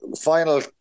final